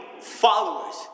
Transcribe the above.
followers